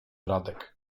radek